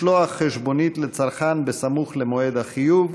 (משלוח חשבונית לצרכן בסמוך למועד החיוב),